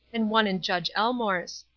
and one in judge elmore's.